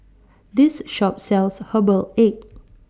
This Shop sells Herbal Egg